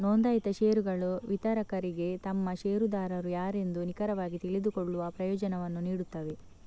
ನೋಂದಾಯಿತ ಷೇರುಗಳು ವಿತರಕರಿಗೆ ತಮ್ಮ ಷೇರುದಾರರು ಯಾರೆಂದು ನಿಖರವಾಗಿ ತಿಳಿದುಕೊಳ್ಳುವ ಪ್ರಯೋಜನವನ್ನು ನೀಡುತ್ತವೆ